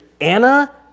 Anna